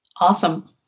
Awesome